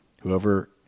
Whoever